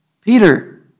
Peter